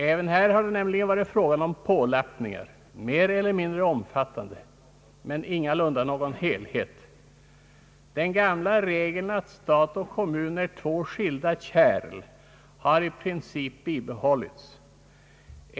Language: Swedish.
även här har det nämligen varit fråga om pålappningar — mer eiler mindre omfattande, men ingalunda om någon helhet. Den gamla regeln att stat och kommun är två skilda kärl har i princip bibehållits.